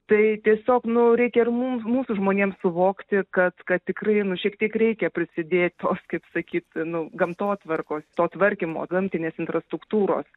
tai tiesiog nu reikia ir mum mūsų žmonėms suvokti kad kad tikrai nu šiek tiek reikia prisidėt tos kaip sakyt nu gamtotvarkos to tvarkymo gamtinės infrastruktūros